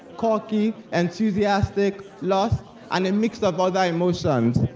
quirky, enthusiastic, lost, and a mix of other emotions.